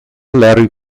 larry